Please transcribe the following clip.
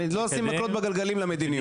לא לשים מקלות בגלגלים למדיניות.